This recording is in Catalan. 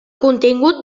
contingut